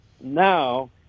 now